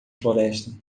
floresta